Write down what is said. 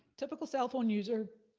typical cell phone user,